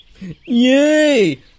Yay